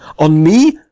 on me,